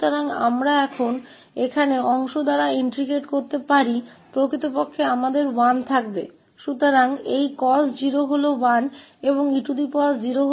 तो हम इस एकीकरण को यहां भागों द्वारा कर सकते हैं वास्तव में हमारे पास 1 होगा इसलिए यह cos 0 1 है और e0 भी 1 है